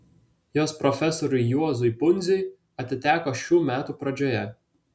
jos profesoriui juozui pundziui atiteko šių metų pradžioje